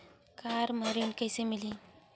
Car म ऋण कइसे मिलही?